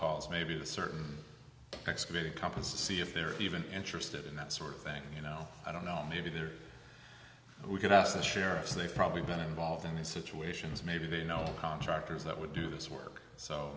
calls maybe the certain thanksgiving companies to see if they're even interested in that sort of thing you know i don't know maybe they're we can ask the sheriffs they've probably been involved in situations maybe they know contractors that would do this work so